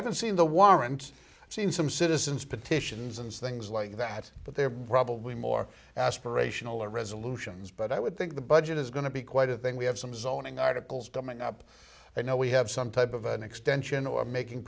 haven't seen the warrant seen some citizens petitions and things like that but they're probably more aspirational or resolutions but i would think the budget is going to be quite a thing we have some zoning articles dumbing up but now we have some type of an extension or making